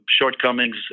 shortcomings